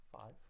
Five